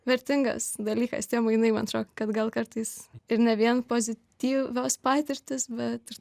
vertingas dalykas tie mainai man atrodo kad gal kartais ir ne vien pozityvios patirtys bet ir